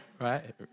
right